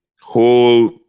whole